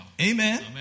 amen